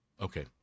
Okay